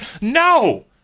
No